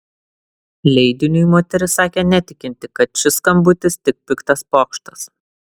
leidiniui moteris sakė netikinti kad šis skambutis tik piktas pokštas